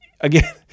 again